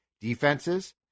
defenses